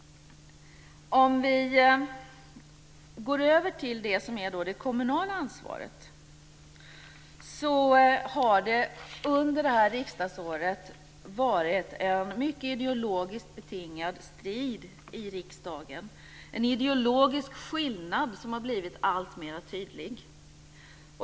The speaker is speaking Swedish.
Om vi går över till det som är det kommunala ansvaret så har det under det här riksdagsåret varit en mycket ideologiskt betingad strid i riksdagen, en ideologisk skillnad som har blivit alltmer tydlig.